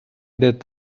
that